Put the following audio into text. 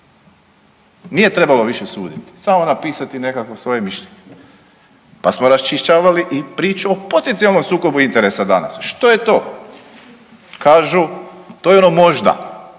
Nije trebalo više suditi samo napisati nekakvo svoje mišljenje. Pa smo raščišćavali i priču o potencionalnom sukobu interesa danas. Što je to? Kažu to je ono možda,